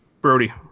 Brody